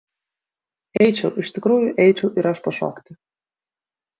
eičiau iš tikrųjų eičiau ir aš pašokti